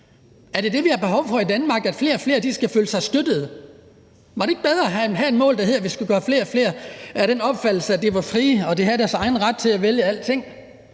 Er det det, vi har behov for i Danmark, altså at flere og flere skal føle sig støttet? Var det ikke bedre at have et mål, der hed, at man skulle give flere og flere den opfattelse, at de var frie, og at de havde ret til at vælge alting?